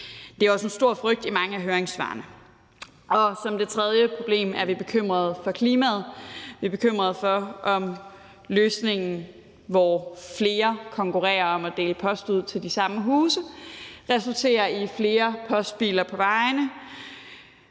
Det er også en stor frygt i mange af høringssvarene. Som det tredje er vi også bekymrede for klimaet. Vi er bekymrede for, om løsningen, hvor flere konkurrerer om at dele post ud til de samme huse, vil resultere i flere postbiler på vejene.